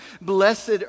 Blessed